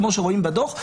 כמו שרואים בדוח?